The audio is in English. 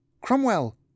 Cromwell